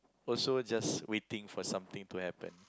also just waiting for something to happen